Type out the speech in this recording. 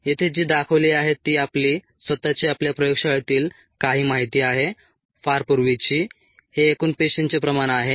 येथे जी दाखवली आहे ती आपली स्वतःची आपल्या प्रयोगशाळेतील काही माहिती आहे फार पूर्वीची हे एकूण पेशींचे प्रमाण आहे